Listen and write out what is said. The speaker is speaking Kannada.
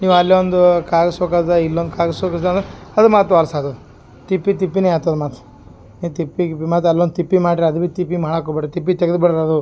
ನೀವು ಅಲ್ಲಿ ಒಂದು ಕಾಯ್ಸೋಕೆ ಅದ ಇಲ್ಲೊಂದು ಕಾಯ್ಸೋಕೆ ಜನ ಅದ ಮತ್ತು ತ್ವಾರ್ಸದು ತಿಪ್ಪೆ ತಿಪ್ಪಿನೆ ಆತದೆ ಮತ್ತು ನಿ ತಿಪ್ಪಿಗೆ ಮತ್ತು ಅಲ್ಲೊಂದು ತಿಪ್ಪೆ ಮಾಡಿರಿ ಅದು ಬಿ ತಿಪ್ಪೆ ಮಾಡೋಕ್ ಹೋಗಬೇಡ್ರಿ ತಿಪ್ಪೆ ತೆಗ್ದು ಬಿಡ್ರ್ಯದು